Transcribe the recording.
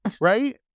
right